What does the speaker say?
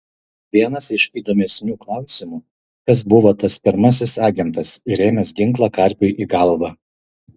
vienas iš įdomesnių klausimų kas buvo tas pirmasis agentas įrėmęs ginklą karpiui į galvą